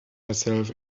myself